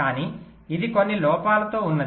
కానీ ఇది కొన్ని లోపాలతో ఉన్నది